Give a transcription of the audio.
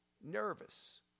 nervous